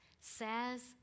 says